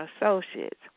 Associates